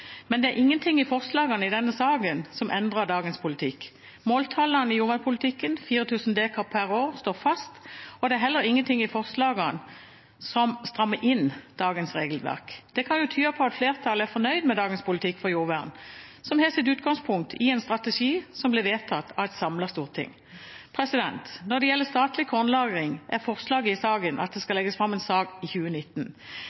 men det er ingenting i forslagene i denne saken som endrer dagens politikk. Måltallene i jordvernpolitikken, 4 000 dekar per år, står fast, og det er heller ingenting i forslagene som strammer inn dagens regelverk. Det kan jo tyde på at flertallet er fornøyd med dagens politikk for jordvern, som har sitt utgangspunkt i en strategi som ble vedtatt av et samlet storting. Når det gjelder statlig kornlagring, er forslaget i saken at det